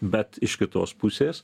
bet iš kitos pusės